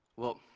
well,